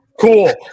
cool